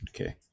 Okay